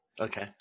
Okay